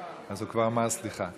אז הוא כבר אמר סליחה.